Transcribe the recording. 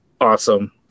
awesome